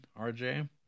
RJ